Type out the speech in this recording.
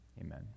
Amen